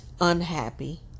unhappy